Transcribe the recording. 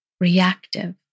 Reactive